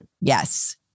Yes